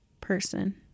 person